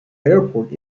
airport